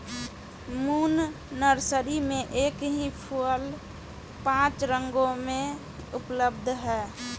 moon nursery में एक ही फूल पांच रंगों में उपलब्ध है